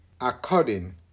according